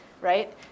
right